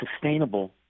sustainable